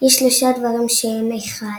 "יש שלשה דברים שהם אחד...